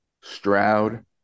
Stroud